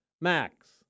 Max